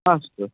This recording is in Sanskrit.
अस्तु